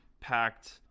packed